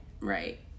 Right